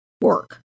work